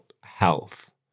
health